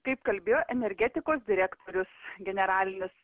kaip kalbėjo energetikos direktorius generalinis